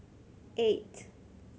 eight